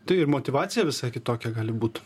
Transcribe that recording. tai ir motyvacija visai kitokia gali būt